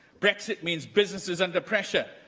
brexit means businesses under pressure.